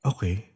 Okay